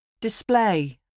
Display